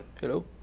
Hello